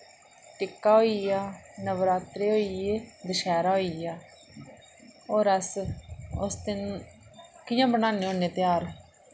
टिक्का होई गेआ नवरात्रे होई गे दशैरा होई गेआ और अस उसदिन कि'यां बनान्ने होने तेहार